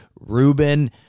Ruben